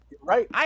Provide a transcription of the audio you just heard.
Right